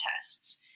tests